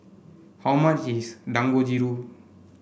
how much is Dangojiru